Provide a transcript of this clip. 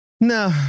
No